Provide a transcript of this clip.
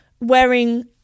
wearing